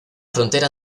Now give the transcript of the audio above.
frontera